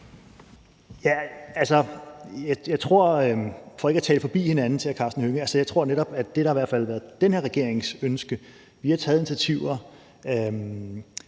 Hønge, at det, der i hvert fald har været den her regerings ønske, har været at tage initiativer